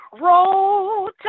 Roll